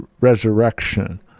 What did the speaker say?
resurrection